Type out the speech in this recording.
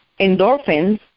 endorphins